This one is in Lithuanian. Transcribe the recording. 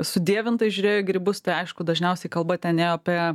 sudievintai žiūrėjo į grybus tai aišku dažniausiai kalba ten ėjo apie